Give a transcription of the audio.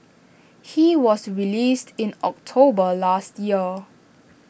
he was released in October last year